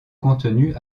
contenus